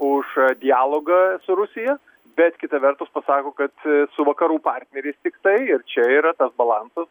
už dialogą su rusija bet kita vertus pasako kad su vakarų partneriais tiktai ir čia yra tas balansas